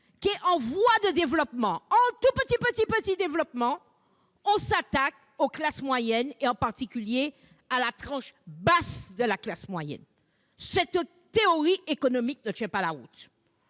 qui est en voie de développement, en tout petit, petit, petit développement, il fallait s'attaquer aux classes moyennes, en particulier à la tranche basse de la classe moyenne. Cette théorie économique ne tient pas la route.